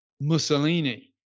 Mussolini